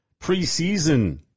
preseason